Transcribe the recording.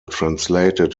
translated